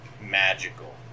magical